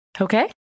Okay